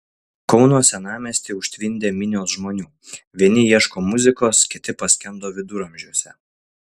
kauno senamiestį užtvindė minios žmonių vieni ieško muzikos kiti paskendo viduramžiuose